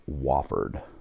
Wofford